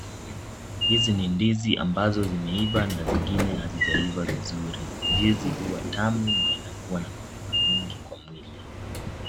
Hizi ni ndizi ambazo zimeiva na zingine hazijaiva vizuri. Ndizi huwa tamu na inakuwa na manufaa mingi kwa mwili.